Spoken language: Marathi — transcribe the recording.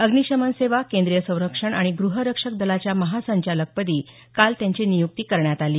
अग्निशमन सेवा केंद्रीय संरक्षण आणि गृह रक्षक दलाच्या महासंचालकपदी काल त्यांची नियुक्ती करण्यात आली